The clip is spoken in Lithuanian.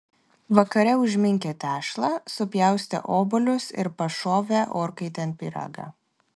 vakare užminkė tešlą supjaustė obuolius ir pašovė orkaitėn pyragą